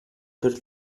per